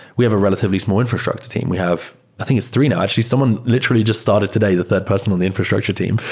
we have a relatively small infrastructure team. we have i it's three now. actually, someone literally just started today, the third person on the infrastructure team.